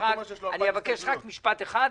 אני אבקש רק משפט אחד.